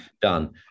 done